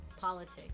politics